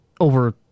over